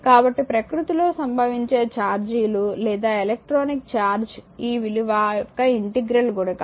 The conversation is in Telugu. కాబట్టి ప్రకృతిలో సంభవించే ఛార్జీలు లేదా ఎలక్ట్రానిక్ ఛార్జ్ ఈ విలువ యొక్క ఇంటిగ్రల్ గుణకాలు